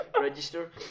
register